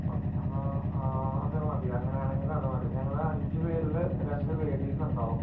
okay അപ്പം അതുമതി അങ്ങനെയാണെങ്കിൽ അതു മതി ഞങ്ങൾ അഞ്ചു പേരിൽ രണ്ട് ലേഡിസ് ഉണ്ടാവും